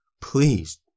Please